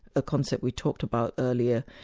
a concept we talked about earlier,